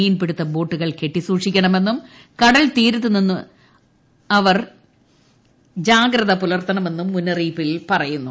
മീൻപിടുത്ത ബോട്ടുകൾ കെട്ടി സൂക്ഷിക്കണമെന്നും കടൽതീരത്തെത്തുന്നവർ ജാഗ്രത പുലർത്തണമെന്നും മുന്നറിയിപ്പിൽ പറയുന്നു